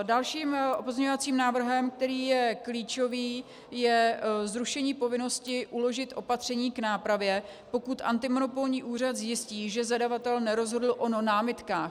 Dalším pozměňovacím návrhem, který je klíčový, je zrušení povinnosti uložit opatření k nápravě, pokud antimonopolní úřad zjistí, že zadavatel nerozhodl o námitkách.